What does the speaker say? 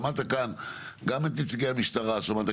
שמעת כאן גם את נציגי המשטרה שמעת,